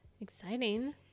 Exciting